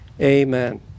Amen